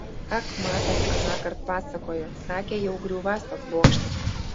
ak matas anąkart pasakojo sakė jau griūvąs tas bokštas